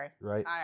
Right